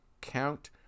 count